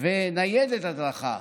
וניידת הדרכה